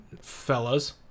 fellas